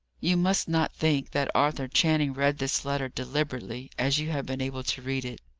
you must not think that arthur channing read this letter deliberately, as you have been able to read it.